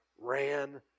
ran